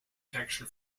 protection